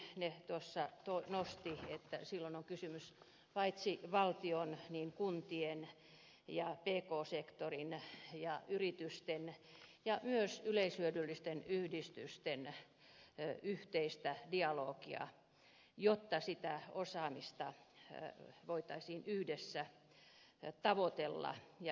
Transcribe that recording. mäkelä hyvin ne tuossa nosti esille että silloin on kysymys paitsi valtion ja kuntien myös pk sektorin ja yritysten ja myös yleishyödyllisten yhdistysten yhteisestä dialogista jotta sitä osaamista voitaisiin yhdessä tavoitella ja yhdessä tehdä